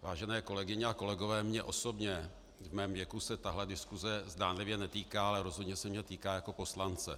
Vážené kolegyně a kolegové, mě osobně v mém věku se tahle diskuse zdánlivě netýká, ale rozhodně se mě týká jako poslance.